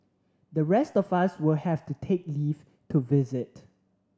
the rest of us will have to take leave to visit